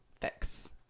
fix